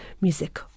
music